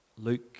Luke